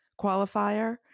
qualifier